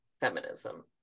feminism